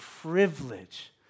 privilege